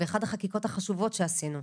ואחת החקיקות החשובות שעשינו,